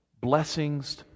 blessings